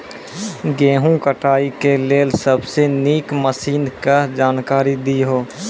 गेहूँ कटाई के लेल सबसे नीक मसीनऽक जानकारी दियो?